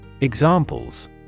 Examples